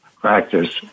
practice